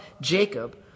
Jacob